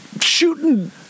shooting